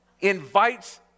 invites